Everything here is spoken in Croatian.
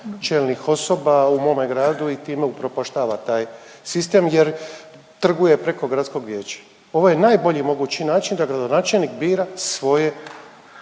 čelnih osoba u mome gradu i time upropaštava taj sistem jer trguje preko gradskog vijeća. Ovo je najbolji mogući način da gradonačelnik bira svoje